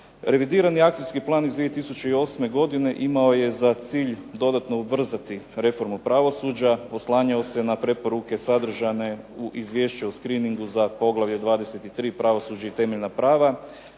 Revidirani akcijski plan iz 2008. godine imao je za cilj dodatno ubrzati reformu pravosuđa, oslanjao se na preporuke sadržane u izvješću o screening-u za poglavlje 23. pravosuđe i temeljna prava,